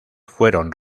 fueron